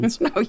No